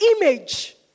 image